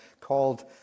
called